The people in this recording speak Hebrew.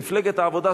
מפלגת העבודה,